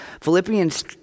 Philippians